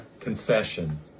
confession